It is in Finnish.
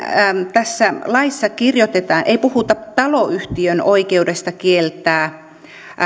tässä laissa ei puhuta taloyhtiön oikeudesta kieltää